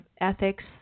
ethics